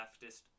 leftist